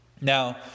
Now